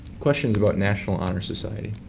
questions about national honor society.